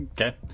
okay